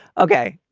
ok.